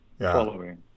following